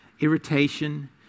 irritation